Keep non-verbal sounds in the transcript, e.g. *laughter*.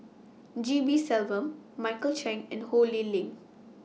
*noise* G P Selvam Michael Chiang and Ho Lee Ling